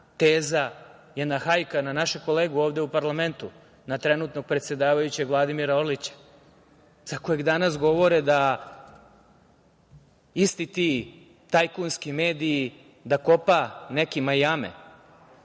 teza, jedna hajka na našeg kolegu ovde u parlamentu, na trenutno predsedavajućeg, Vladimira Orlića za kojeg danas govore da isti ti tajkunski mediji, da kopa nekima jame,